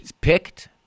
picked